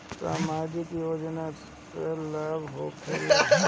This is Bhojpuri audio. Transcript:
समाजिक योजना से का लाभ होखेला?